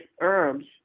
herbs